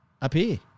appear